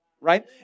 Right